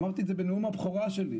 אמרתי את זה בנאום הבכורה שלי.